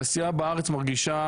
התעשייה בארץ מרגישה,